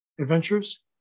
adventures